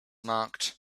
marked